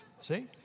see